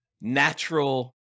natural